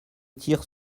tire